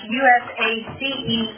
usace